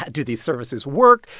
do these services work?